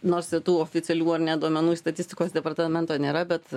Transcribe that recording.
nors į tų oficialių ar ne duomenų statistikos departamento nėra bet